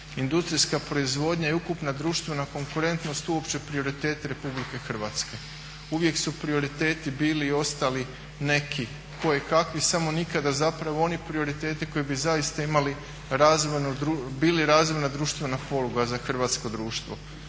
industrijska proizvodnja i ukupna društvena konkurentnost uopće prioriteti RH. Uvijek su prioriteti bili i ostali neki kojekakvi samo nikada oni prioriteti koji bi zaista bili razvojna društvena poluga za hrvatsko društvo.